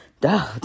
Duh